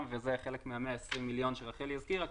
וזה חלק מ-120 המיליון שרחלי הזכירה.